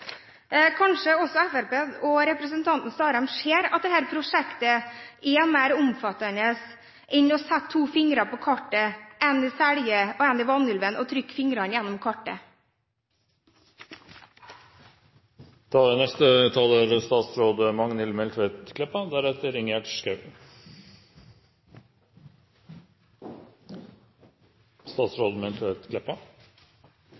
Kanskje ser Fremskrittspartiet og representanten Starheim at dette prosjektet er mer omfattende enn å sette to fingre på kartet – en i Selje og en i Vanylven – og trykke dem gjennom